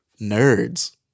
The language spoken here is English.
nerds